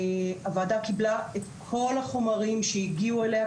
הוועדה קיבלה את כל החומרים שהגיעו אליה,